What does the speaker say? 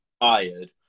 tired